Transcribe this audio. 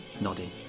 nodding